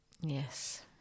Yes